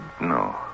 No